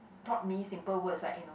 taught me simple words like you know